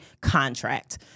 contract